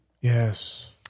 Yes